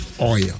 oil